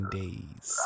days